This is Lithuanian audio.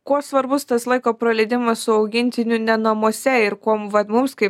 kuo svarbus tas laiko praleidimas su augintiniu ne namuose ir kuom vat mums kaip